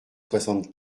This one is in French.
soixante